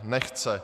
Nechce.